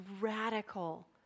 radical